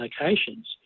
locations